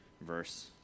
verse